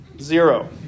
zero